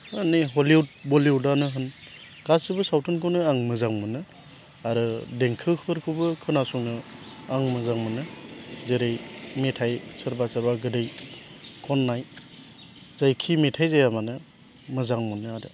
एबा नै हलिउड बलिउडआनो होन गासैबो सावथुनखौनो आं मोजां मोनो आरो देंखोफोरखौबो खोनासंनो आं मोजां मोनो जेरै मेथाइ सोरबा सोरबा गोदै खननाय जायखि मेथाइ जायामानो मोजां मोनो आरो